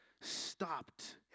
stopped